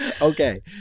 Okay